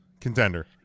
Contender